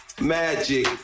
Magic